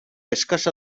eskasa